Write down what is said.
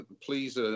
please